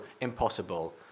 impossible